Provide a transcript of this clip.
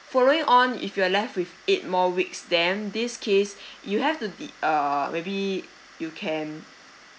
following on if you are left with eight more weeks then this case you have to the err maybe you can